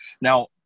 Now